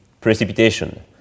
precipitation